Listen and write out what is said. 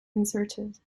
inserted